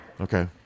Okay